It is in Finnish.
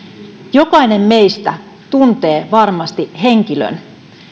jokainen meistä tuntee varmasti henkilön